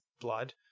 blood